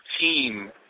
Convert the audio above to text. team